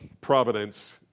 providence